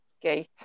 gate